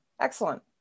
excellent